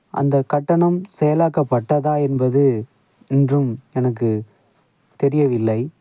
அந்தக் கட்டணம் செயலாக்கப்பட்டதா என்பது இன்றும் எனக்கு தெரியவில்லை